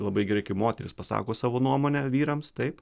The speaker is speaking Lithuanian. labai gerai moteris pasako savo nuomonę vyrams taip